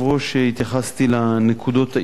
שהתייחסתי לנקודות העיקריות.